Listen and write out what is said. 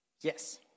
yes